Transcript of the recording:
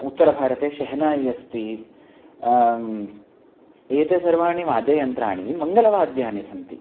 उत्तरभारते शेहनायि अस्ति एते सर्वाणि वाद्ययन्त्राणि मङ्गलवाद्यानि सन्ति